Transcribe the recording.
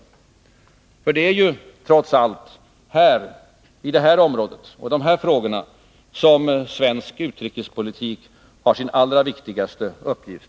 Det är ju, trots allt, i de här frågorna som svensk utrikespolitik har sin allra viktigaste uppgift.